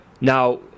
Now